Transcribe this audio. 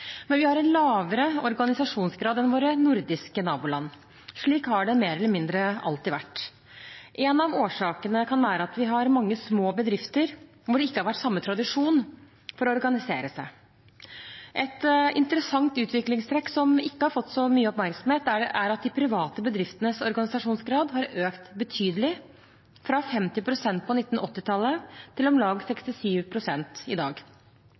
men vi har en lavere organisasjonsgrad enn våre nordiske naboland. Slik har det mer eller mindre alltid vært. En av årsakene kan være at vi har mange små bedrifter, hvor det ikke har vært samme tradisjon for å organisere seg. Et interessant utviklingstrekk som ikke har fått så mye oppmerksomhet, er at de private bedriftenes organisasjonsgrad har økt betydelig – fra 50 pst. på 1980-tallet til om lag 67 pst. i dag.